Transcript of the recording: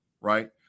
right